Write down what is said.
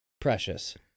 Precious